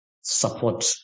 support